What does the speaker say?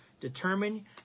determine